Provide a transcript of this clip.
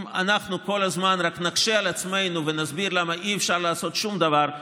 אם אנחנו כל הזמן רק נקשה על עצמנו ונסביר למה אי-אפשר לעשות שום דבר,